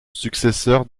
successeur